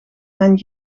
mijn